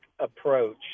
approach